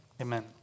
Amen